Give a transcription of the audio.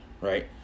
right